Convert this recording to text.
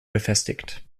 befestigt